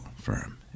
firm